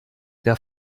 der